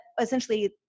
essentially